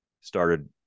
started